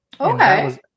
Okay